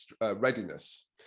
readiness